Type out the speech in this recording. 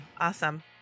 Awesome